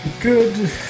Good